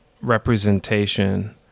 representation